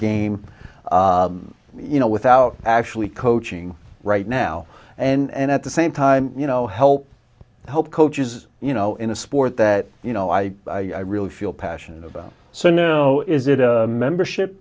game you know without actually coaching right now and at the same time you know help help coaches you know in a sport that you know i really feel passionate about so no is it a membership